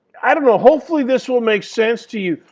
i don't know, hopefully this will make sense to you.